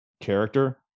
character